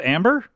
Amber